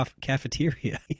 cafeteria